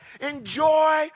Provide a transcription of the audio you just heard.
enjoy